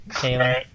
Taylor